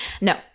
No